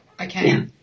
Okay